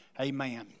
Amen